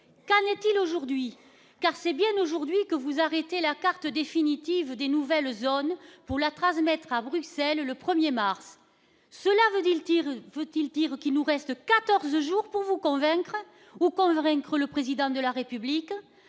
qu'allait-il aujourd'hui car c'est bien aujourd'hui que vous arrêtez la carte définitive des nouvelles zones pour la transmettre à Bruxelles le 1er mars cela réduit le Tir, faut-il dire qu'il nous reste 14 jours pour vous convaincre, ou convaincre le président de la République,